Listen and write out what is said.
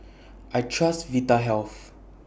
I Trust Vitahealth